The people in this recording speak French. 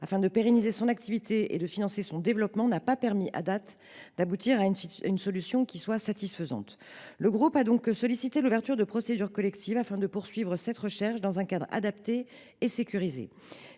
afin de pérenniser son activité et de financer son développement n’a, à cette date, pas permis d’aboutir à une solution satisfaisante. Le groupe a donc sollicité l’ouverture de procédures collectives, afin de poursuivre cette recherche dans un cadre adapté et sécurisé.